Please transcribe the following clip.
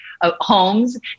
homes